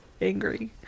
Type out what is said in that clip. angry